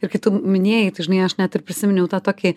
ir kai tu minėjai tai žinai aš net ir prisiminiau tą tokį